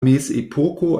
mezepoko